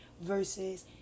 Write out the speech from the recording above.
versus